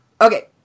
Okay